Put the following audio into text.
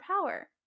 power